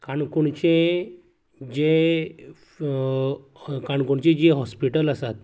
काणकोणचे जे काणकोणची जी हॉस्पिटल आसात